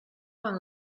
quan